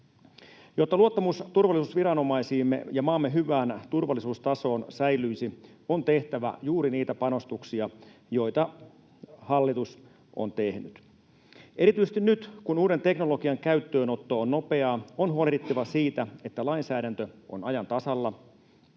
Jotta luottamus turvallisuusviranomaisiimme ja maamme hyvään turvallisuustasoon säilyisi, on tehtävä juuri niitä panostuksia, joita hallitus on tehnyt. Erityisesti nyt, kun uuden teknologian käyttöönotto on nopeaa, on huolehdittava siitä, että lainsäädäntö on ajan tasalla,